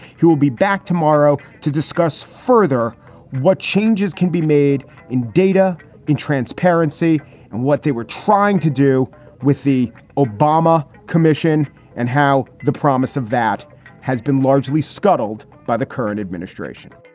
he will be back tomorrow to discuss further what changes can be made in data and transparency and what they were trying to do with the obama commission and how the promise of that has been largely scuttled by the current administration.